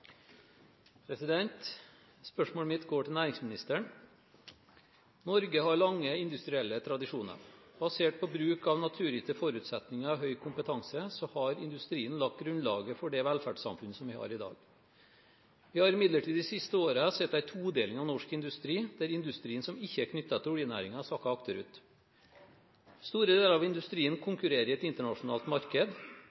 høy kompetanse, har industrien lagt grunnlaget for det velferdssamfunnet vi har i dag. Vi har imidlertid de siste årene sett en todeling av norsk industri, der industrien som ikke er knyttet til oljenæringen, sakker akterut. Store deler av industrien